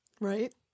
right